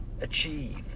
achieve